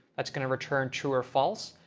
that's going to return true or false.